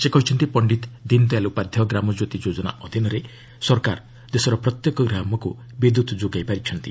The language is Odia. ସେ କହିଛନ୍ତି ପଣ୍ଡିତ ଦୀନ ଦୟାଲ୍ ଉପାଧ୍ୟାୟ ଗ୍ରାମଜ୍ୟୋତି ଯୋଜନା ଅଧୀନରେ ସରକାର ଦେଶର ପ୍ରତ୍ୟେକ ଗ୍ରାମକୁ ବିଦୁତ୍ ଯୋଗାଇ ପାରିଛନ୍ତି